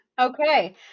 Okay